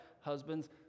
husbands